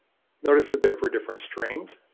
notice that they are for different strains